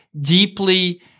deeply